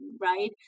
right